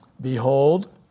Behold